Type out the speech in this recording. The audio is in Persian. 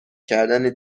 کردن